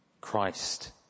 Christ